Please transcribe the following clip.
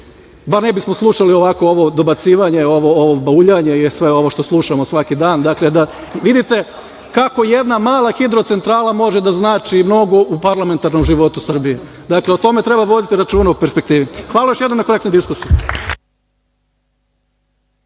Bar ne bismo slušali ovo dobacivanje, ovo bauljanje, sve ovo što slušamo svaki dan. Vidite kako jedna mala hidrocentrala može da znači mnogo u parlamentarnom životu Srbije. O tome treba voditi računa u perspektivi. Hvala još jednom na korektnoj diskusiji.